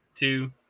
Two